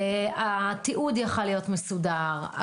התיעוד יכל להיות מסודר.